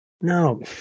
no